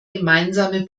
gemeinsame